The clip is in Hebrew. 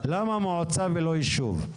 למה מועצה ולא ישוב?